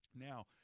Now